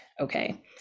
okay